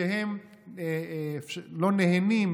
שהם לא נהנים,